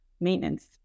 maintenance